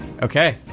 Okay